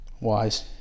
Wise